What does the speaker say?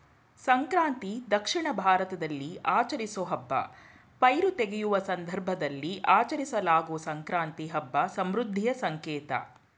ಸಂಕ್ರಾಂತಿ ದಕ್ಷಿಣ ಭಾರತದಲ್ಲಿ ಆಚರಿಸೋ ಹಬ್ಬ ಪೈರು ತೆಗೆಯುವ ಸಂದರ್ಭದಲ್ಲಿ ಆಚರಿಸಲಾಗೊ ಸಂಕ್ರಾಂತಿ ಹಬ್ಬ ಸಮೃದ್ಧಿಯ ಸಂಕೇತ